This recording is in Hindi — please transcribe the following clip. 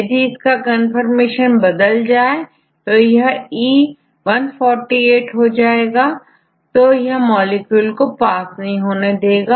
यदि इसका कन्फर्मेशन बदल जाए यहE148 हो जाए तो यह मॉलिक्यूल को मेंब्रेन से पास होने देगा